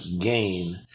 gain